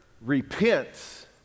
repents